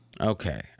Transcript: Okay